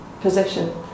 position